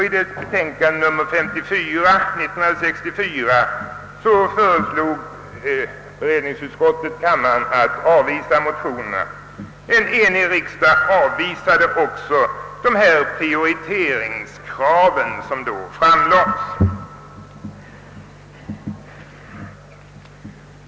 I dess betänkande, nr 54/1964, avstyrktes motionerna. En enig riksdag avvisade också dessa prioriteringskrav.